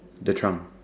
the trunk